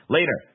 Later